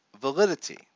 validity